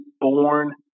born